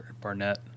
Barnett